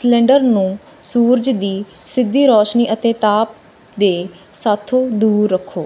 cylinder ਨੂੰ ਸੂਰਜ ਦੀ ਸਿੱਧੀ ਰੌਸ਼ਨੀ ਅਤੇ ਤਾਪ ਦੇ ਸਾਥੋਂ ਦੂਰ ਰੱਖੋ